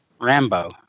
Rambo